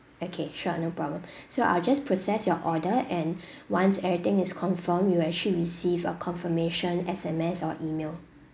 okay sure no problem so I'll just process your order and once everything is confirmed you'll actually receive a confirmation S_M_S or email